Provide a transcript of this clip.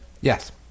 yes